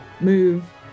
move